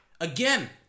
again